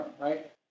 Right